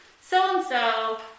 so-and-so